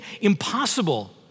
impossible